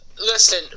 Listen